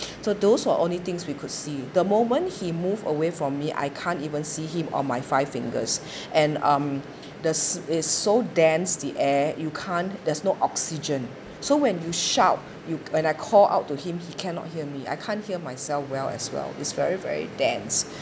so those were our only things we could see the moment he moved away from me I can't even see him or my five fingers and um the s~ is so dense the air you can't there's no oxygen so when you shout you when I called out to him he cannot hear me I can't hear myself well as well it's very very dense